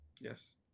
yes